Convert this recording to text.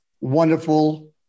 wonderful